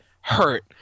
hurt